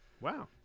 wow